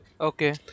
Okay